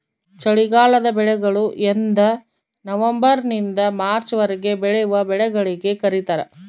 ಚಳಿಗಾಲದ ಬೆಳೆಗಳು ಎಂದನವಂಬರ್ ನಿಂದ ಮಾರ್ಚ್ ವರೆಗೆ ಬೆಳೆವ ಬೆಳೆಗಳಿಗೆ ಕರೀತಾರ